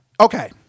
Okay